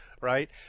right